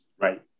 Right